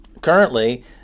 currently